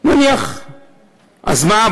אז מה?